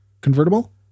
convertible